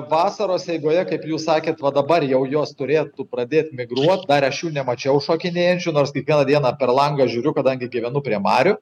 vasaros eigoje kaip jūs sakėte va dabar jau jos turėtų pradėt migruot dar aš jų nemačiau šokinėjančių nors kiekvieną dieną per langą žiūriu kadangi gyvenu prie marių